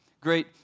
great